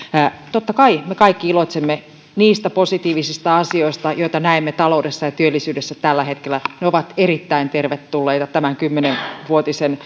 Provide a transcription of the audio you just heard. totta kai me kaikki iloitsemme niistä positiivisista asioista joita näemme taloudessa ja työllisyydessä tällä hetkellä ne ovat erittäin tervetulleita tämän kymmenvuotisen